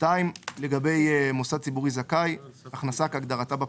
(2)לגבי מוסד ציבורי זכאי, הכנסה כהגדרתה בפקודה,"